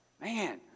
Man